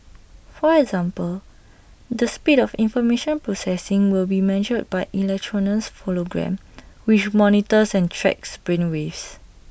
for example the speed of information processing will be measured by electroencephalogram which monitors and tracks brain waves